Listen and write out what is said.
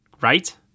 right